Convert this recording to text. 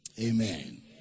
Amen